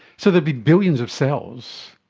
so there'd be billions of cells.